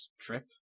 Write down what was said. Trip